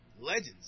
legends